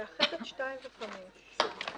אפשר לאחד את פרטים 2 ו-5 בטבלה